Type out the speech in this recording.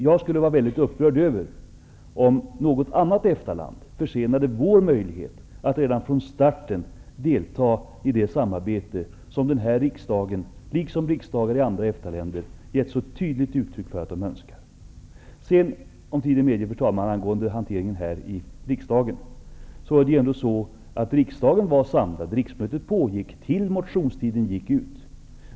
Jag skulle själv bli mycket upprörd om något annat EFTA-land försenade vår möjlighet att redan från starten delta i det samarbete som den här riksdagen, liksom riksdagar i andra EFTA-länder, har gett så tydligt uttryck för att den önskar. Angående hanteringen här i riksdagen vill jag säga att riksmötet pågick till dess motionstiden gick ut.